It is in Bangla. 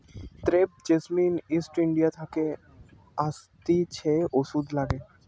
ক্রেপ জেসমিন ইস্ট ইন্ডিয়া থাকে আসতিছে ওষুধে লাগে